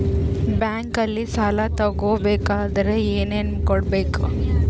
ಬ್ಯಾಂಕಲ್ಲಿ ಸಾಲ ತಗೋ ಬೇಕಾದರೆ ಏನೇನು ಕೊಡಬೇಕು?